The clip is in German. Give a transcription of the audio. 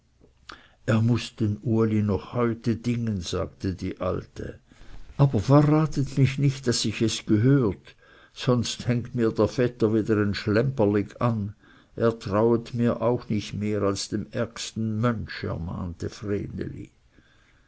er muß den uli noch heute dingen sagte die alte aber verratet mich nicht daß ich es gehört sonst hängt mir der vetter wieder ein schlemperlig an er trauet mir auch nicht mehr als dem ärgsten mönsch ermahnte